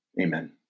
Amen